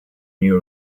new